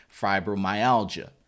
fibromyalgia